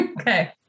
Okay